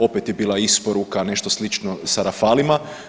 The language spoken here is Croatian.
Opet je bila isporuka, nešto slično sa rafalima.